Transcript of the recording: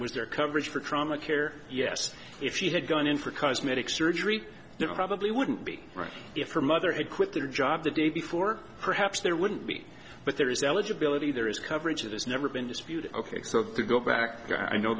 was there coverage for trauma care yes if she had gone in for cosmetic surgery probably wouldn't be right if her mother had quit their job the day before perhaps there wouldn't be but there is eligibility there is coverage that has never been disputed ok so to go back i know